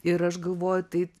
ir aš galvoju tai